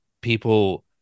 people